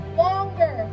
longer